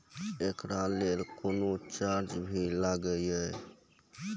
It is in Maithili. एकरा लेल कुनो चार्ज भी लागैये?